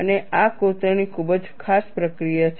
અને આ કોતરણી ખૂબ જ ખાસ પ્રક્રિયા છે